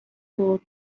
برد